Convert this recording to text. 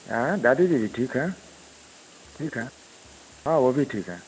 हैंए दादी जी ठीक है ठीक है हाँ वह भी ठीक है